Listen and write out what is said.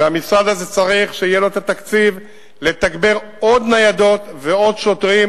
והמשרד הזה צריך שיהיה לו תקציב לתגבר עוד ניידות ועוד שוטרים,